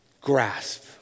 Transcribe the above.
grasp